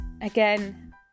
Again